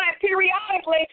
periodically